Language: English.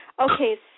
Okay